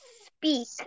speak